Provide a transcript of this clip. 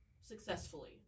successfully